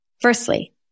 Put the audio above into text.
Firstly